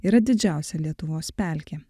yra didžiausia lietuvos pelkė